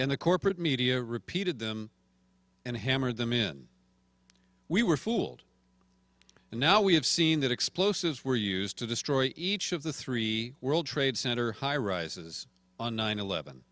in the corporate media repeated them and hammer them in we were fooled and now we have seen that explosives were used to destroy each of the three world trade center high rises on nine eleven